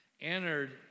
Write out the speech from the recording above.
entered